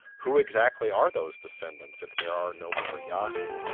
who exactly are those descendants if there are no more yahi.